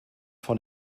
von